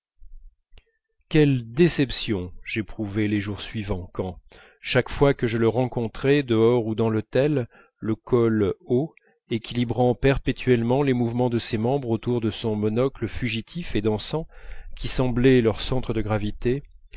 quelle déception j'éprouvai les jours suivants quand chaque fois que je le rencontrai dehors ou dans l'hôtel le col haut équilibrant perpétuellement les mouvements de ses membres autour de son monocle fugitif et dansant qui semblait leur centre de gravité